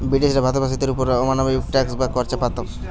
ব্রিটিশরা ভারতবাসীদের ওপর অমানবিক ট্যাক্স বা কর চাপাত